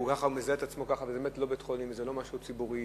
אולי הוא מזהה את עצמו ככה וזה באמת לא בית-חולים וזה לא משהו ציבורי?